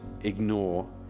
ignore